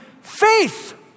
faith